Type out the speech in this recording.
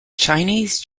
chinese